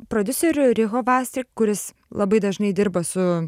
prodiuseriu rihovasi kuris labai dažnai dirba su